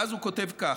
ואז הוא כותב כך: